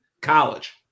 college